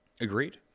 Agreed